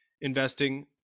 investing